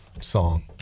song